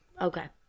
Okay